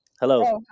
Hello